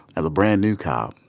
as a brand new cop,